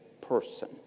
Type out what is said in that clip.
person